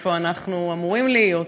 איפה אנחנו אמורים להיות.